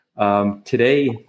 Today